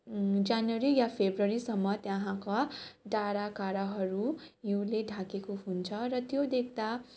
जनवरी या फेब्रुअरीसम्म त्यहाँको डाँडाकाँडाहरू हिउँले ढाकेको हुन्छ र त्यो देख्दा